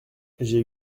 j’ai